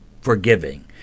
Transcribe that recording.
forgiving